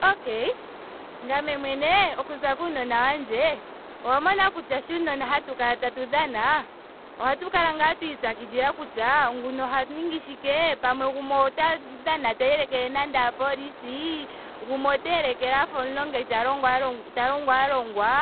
Okay. ngame mwene okuza kuunona wandje. owa mono kutya sho uunona hatu kala tatu dhana ohatu kala ngaa twa ipyakidhila kutya nguno oha ninge shike. gumwe nando ota dhana ta elekele nande aapolisi. gumwe ota elekele afa omulongi ta longo aalongwa ta longo aalongwa.